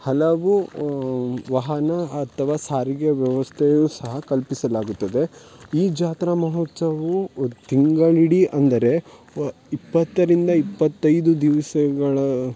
ಹಲವು ವಾಹನ ಅಥವಾ ಸಾರಿಗೆ ವ್ಯವಸ್ಥೆಯು ಸಹ ಕಲ್ಪಿಸಲಾಗುತ್ತದೆ ಈ ಜಾತ್ರಾ ಮಹೋತ್ಸವವು ಉ ತಿಂಗಳಿಡೀ ಅಂದರೆ ವ ಇಪ್ಪತ್ತರಿಂದ ಇಪ್ಪತ್ತೈದು ದಿವಸಗಳ